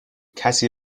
کسی